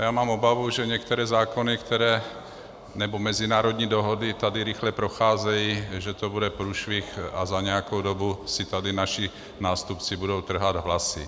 A já mám obavu, že některé zákony nebo mezinárodní dohody, které tady rychle procházejí, že to bude průšvih a za nějakou dobu si tady naši nástupci budou trhat vlasy.